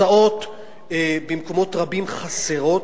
הסעות במקומות רבים חסרות,